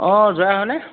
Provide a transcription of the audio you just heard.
অঁ জোঁৱাই হয়নে